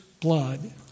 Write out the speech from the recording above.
Blood